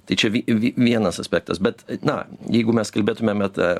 tai čia vi vi vienas aspektas bet na jeigu mes kalbėtumėme tą